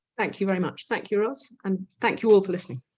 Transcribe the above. thank you, very much thank you, ros, and thank you all for listening.